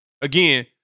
Again